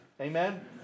Amen